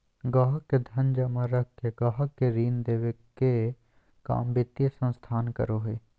गाहक़ के धन जमा रख के गाहक़ के ऋण देबे के काम वित्तीय संस्थान करो हय